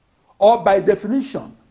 or by definition,